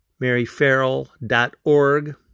MaryFarrell.org